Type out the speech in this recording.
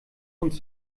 uns